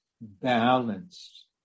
balanced